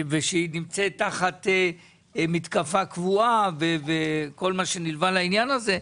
כי היא נמצאת תחת מתקפה קבועה וכל מה שנלווה לעניין הזה,